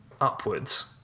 upwards